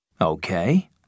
Okay